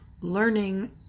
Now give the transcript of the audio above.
learning